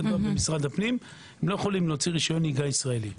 לא יכולים להוציא רשיון נהיגה ישראלי.